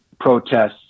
protests